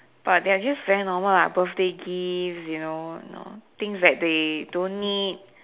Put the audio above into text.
but there are just very normal lah birthday gifts you know know things that they don't need